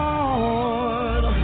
Lord